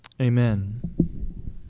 amen